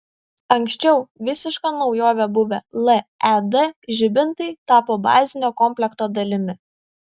anksčiau visiška naujove buvę led žibintai tapo bazinio komplekto dalimi